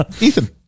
Ethan